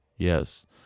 Yes